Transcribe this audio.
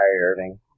Irving